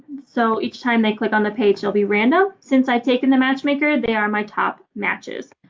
so each time they click on the page, they'll be random. since i've taken the matchmaker, they are my top matches.